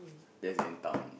that's in town